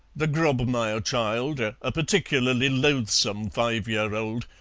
the grobmayer child, a particularly loathsome five-year-old,